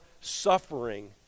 suffering